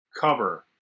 cover